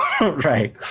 Right